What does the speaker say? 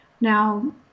Now